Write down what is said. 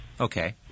Okay